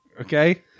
okay